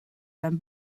ben